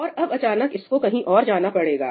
और अब अचानक इसको कहीं और जाना पड़ेगा